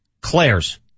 Claire's